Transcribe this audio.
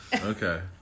Okay